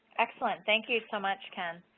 excellent, thank you so much, ken.